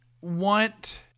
want